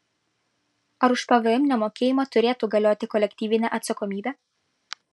ar už pvm nemokėjimą turėtų galioti kolektyvinė atsakomybė